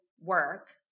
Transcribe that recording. work